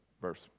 verse